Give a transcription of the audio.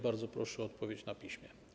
Bardzo proszę o odpowiedź na piśmie.